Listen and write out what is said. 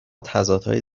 تضادهای